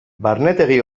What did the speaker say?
barnetegi